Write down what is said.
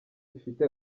bifite